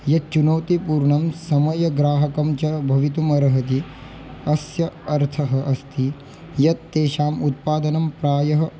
यच्चुनोतिपूर्णं समयग्राहकं च भवितुम् अर्हति अस्य अर्थः अस्ति यत् तेषाम् उत्पादनं प्रायः